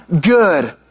good